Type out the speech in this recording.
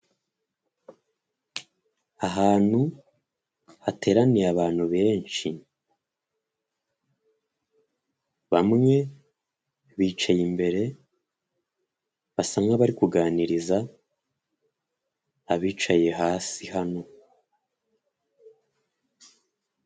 Ahantu hateraniye abantu benshi bamwe bicaye imbere basa nkabari kuganiriza abicaye hasi hano.